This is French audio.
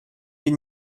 les